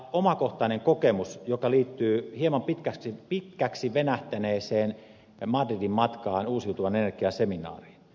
omakohtainen kokemus joka liittyy hieman pitkäksi venähtäneeseen madridin matkaan uusiutuvan energian seminaariin